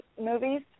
movies